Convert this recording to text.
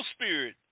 spirit